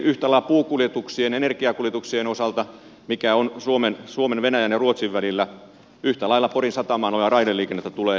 yhtä lailla kuin liikennettä puu ja energiakuljetuksien osalta suomen venäjän ja ruotsin välillä yhtä lailla raideliikennettä porin satamaan tulee kehittää